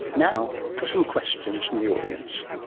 now for some questions from the audience.